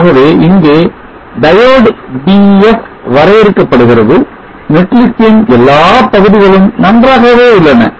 ஆகவே இங்கே diode diode Def வரையறுக்கப்படுகிறது netlist ன் எல்லா பகுதிகளும் நன்றாகவே உள்ளன